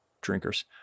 drinkers